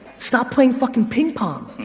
stop playing fucking ping pong.